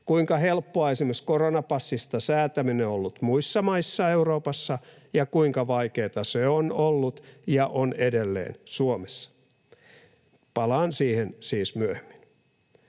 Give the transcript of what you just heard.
Kuinka helppoa esimerkiksi koronapassista säätäminen on ollut muissa maissa Euroopassa, ja kuinka vaikeata se on ollut ja on edelleen Suomessa? Palaan siihen siis myöhemmin.